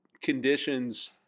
conditions